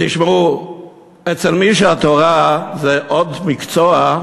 תשמעו, אצל מי שהתורה בשבילו זה עוד מקצוע,